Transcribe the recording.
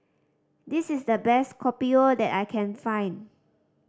this is the best Kopi O that I can find